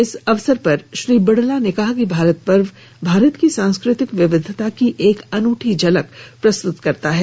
इस अवसर पर श्री बिड़ला ने कहा कि भारत पर्व भारत की सांस्कृतिक विविधता की एक अनूठी झलक प्रस्तुत करता है